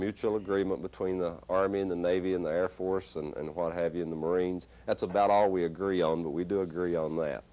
mutual agreement between the army in the navy in the air force and what have you in the marines that's about all we agree on that we do agree on that